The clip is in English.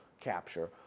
capture